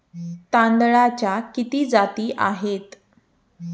तांदळाच्या किती जाती आहेत?